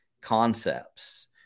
concepts